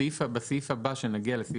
בסעיף הבא שנגיע אליו,